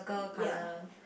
ya